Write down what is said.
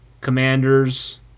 Commanders